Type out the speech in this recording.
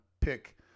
pick